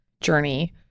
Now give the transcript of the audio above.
journey